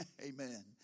Amen